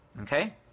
Okay